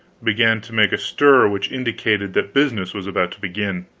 began to make a stir which indicated that business was about to begin.